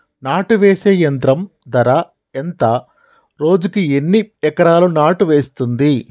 నాటు వేసే యంత్రం ధర ఎంత రోజుకి ఎన్ని ఎకరాలు నాటు వేస్తుంది?